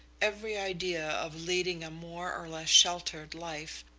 every idea of leading a more or less sheltered life.